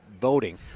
voting